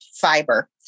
fiber